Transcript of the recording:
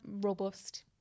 robust